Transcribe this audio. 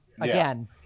Again